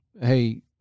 hey